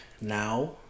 now